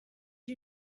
you